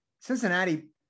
Cincinnati